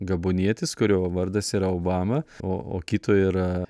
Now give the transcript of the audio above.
gabonietis kurio vardas yra obama o o kito yra